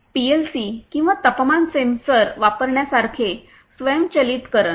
PLC किंवा तापमान sensor वापरण्यासारखे स्वयंचलितकरण